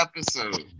episode